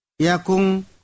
Yakung